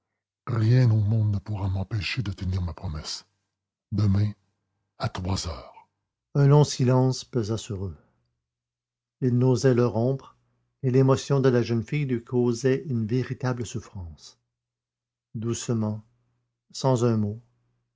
rien au monde ne pourra m'empêcher de tenir ma promesse demain à trois heures un long silence pesa sur eux il n'osait le rompre et l'émotion de la jeune fille lui causait une véritable souffrance doucement sans un mot